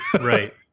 right